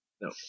No